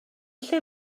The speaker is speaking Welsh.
lle